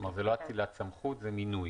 כלומר זאת לא אצילת סמכות, זה מינוי.